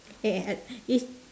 is